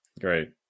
Great